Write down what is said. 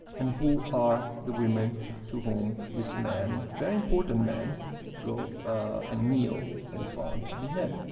and who are the women to whom these men very important men go and kneel in front, behead.